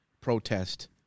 protest